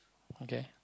okay